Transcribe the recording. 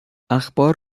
اخبار